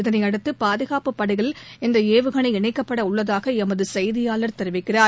இதனையடுத்தபாதுகாப்புப் படையில் இந்தஏவுகளை இணைக்கப்படஉள்ளதாகளமதுசெய்தியாளர் தெரிவிக்கிறார்